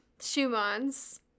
Schumanns